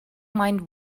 mind